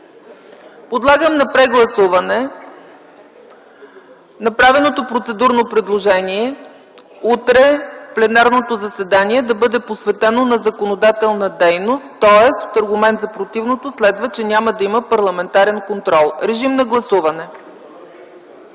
Подлагам на прегласуване направеното процедурно предложение утре пленарното заседание да бъде посветено на законодателна дейност, тоест аргумент за противното, следва, че няма да има парламентарен контрол. Гласували